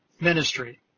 ministry